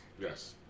Yes